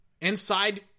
inside